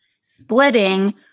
splitting